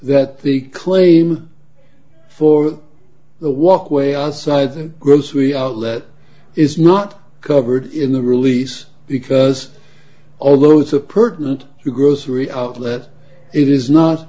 that the claim for the walkway outside a grocery outlet is not covered in the release because although it's a pertinent you grocery outlet it is not